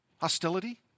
Hostility